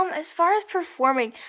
um as far as performing,